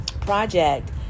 project